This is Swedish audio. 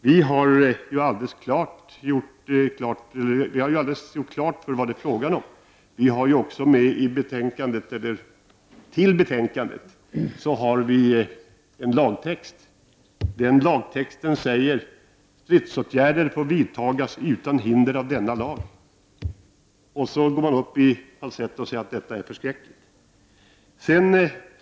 Vi har ju gjort alldeles klart vad det är fråga om. Till betänkandet har det fogats en lagtext där det står: Stridsåtgärder får vidtagas utan hinder av denna lag. Och så går man upp i falsett och säger att detta är förskräckligt.